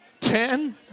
ten